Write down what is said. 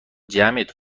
جمعت